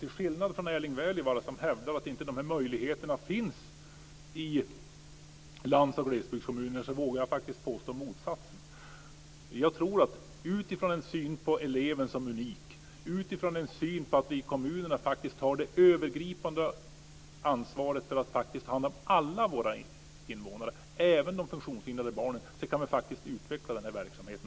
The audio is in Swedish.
Till skillnad från Erling Wälivaara, som hävdar att de här möjligheterna inte finns i landsbygds och glesbygdskommunerna, vågar jag påstå motsatsen. Jag tror att utifrån en syn på eleven som unik och utifrån en syn att kommunerna har det övergripande ansvaret för att ta hand om alla våra invånare, även de funktionshindrade barnen, så kan vi faktiskt utveckla den här verksamheten.